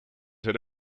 ser